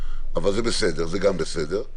אבל זה גם בסדר.